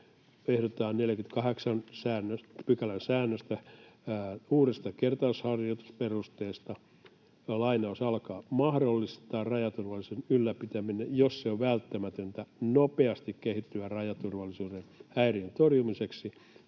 ehdotetaan 48 §:n säännöstä uudesta kertausharjoitusperusteesta: ”mahdollistaa rajaturvallisuuden ylläpitäminen, jos se on välttämätöntä nopeasti kehittyvän rajaturvallisuuden häiriön torjumiseksi